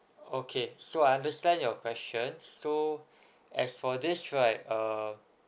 okay so I understand your question so as for this right um